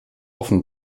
offen